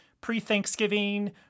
pre-Thanksgiving